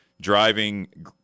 driving